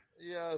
Yes